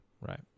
right